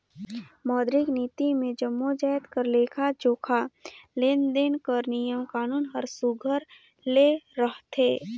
मौद्रिक नीति मे जम्मो जाएत कर लेखा जोखा, लेन देन कर नियम कानून हर सुग्घर ले रहथे